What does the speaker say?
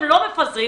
אז אם אתם לא מפזרים,